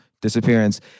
Disappearance